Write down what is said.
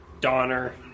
Donner